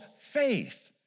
faith